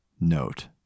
note